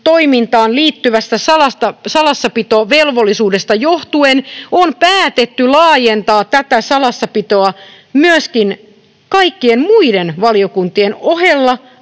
toimintaan liittyvästä salassapitovelvollisuudesta johtuen on päätetty laajentaa tätä salassapitoa myöskin kaikkiin muihin valiokuntiin tästä